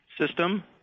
system